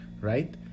Right